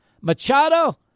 Machado